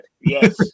Yes